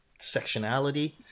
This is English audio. sectionality